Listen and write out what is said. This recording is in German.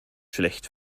schlecht